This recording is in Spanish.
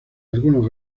algunos